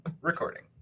recording